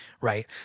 right